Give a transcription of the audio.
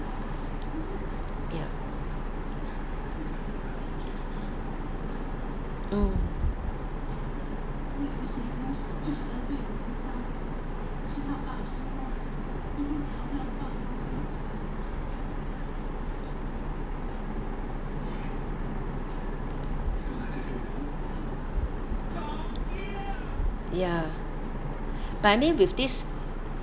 ya mm ya but I mean with this